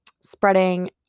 spreading